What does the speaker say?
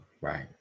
Right